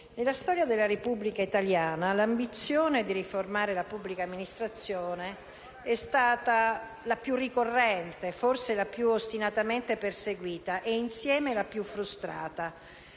nella storia della Repubblica italiana l'ambizione di riformare la pubblica amministrazione è stata la più ricorrente, forse la più ostinatamente perseguita e, insieme, la più frustrata.